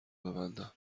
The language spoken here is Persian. ببندم